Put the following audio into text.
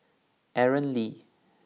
Aaron Lee